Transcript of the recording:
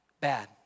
Bad